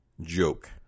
joke